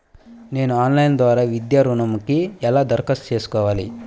నేను ఆన్లైన్ ద్వారా విద్యా ఋణంకి ఎలా దరఖాస్తు చేసుకోవాలి?